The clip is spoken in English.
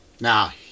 Now